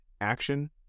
action